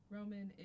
Roman